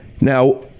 Now